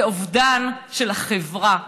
זה אובדן של החברה,